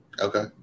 Okay